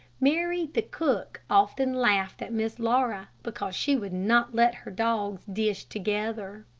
mary the cook often laughed at miss laura, because she would not let her dogs dish together.